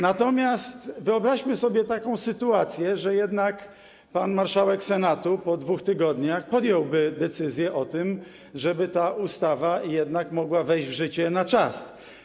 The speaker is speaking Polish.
Natomiast wyobraźmy sobie taką sytuację, że jednak pan marszałek Senatu po 2 tygodniach podjąłby decyzję o tym, żeby ta ustawa jednak mogła wejść w życie na czas.